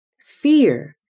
Fear